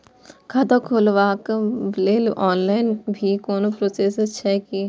खाता खोलाबक लेल ऑनलाईन भी कोनो प्रोसेस छै की?